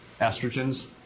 estrogens